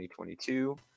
2022